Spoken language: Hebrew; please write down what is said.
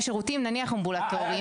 לשירותים אמבולטוריים.